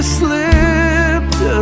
slipped